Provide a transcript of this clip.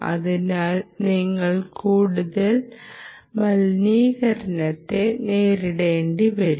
അതിനാൽ നിങ്ങൾ കൂടുതൽ മലിനീകരണത്തെ നേരിടേണ്ടിവരും